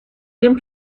den